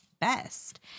best